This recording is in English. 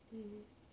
mm